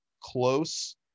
close